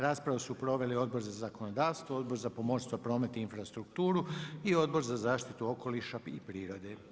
Raspravu su proveli Odbor za zakonodavstvo, Odbor za pomorstvo, promet i infrastrukturu i Odbor za zaštitu okoliša i prirode.